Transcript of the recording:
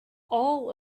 all